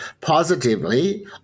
positively